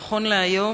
נכון להיום,